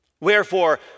Wherefore